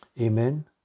Amen